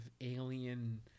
alien